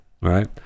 right